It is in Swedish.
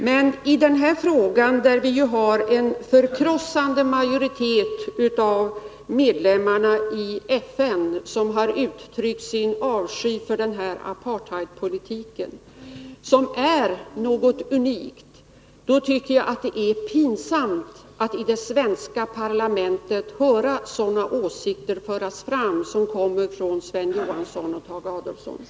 Men i denna fråga, där en förkrossande majoritet av medlemmarna av FN har uttryckt sin avsky för apartheidpolitiken, som är någonting unikt, tycker jag att det är pinsamt att i det svenska parlamentet höra sådana åsikter som Sven Johanssons och Tage Adolfssons.